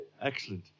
excellent